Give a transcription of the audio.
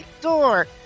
door